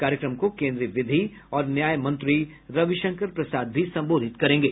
कार्यक्रम को केन्द्रीय विधि और न्याय मंत्री रविशंकर प्रसाद भी संबोधित करेंगे